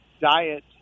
diet